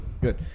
Good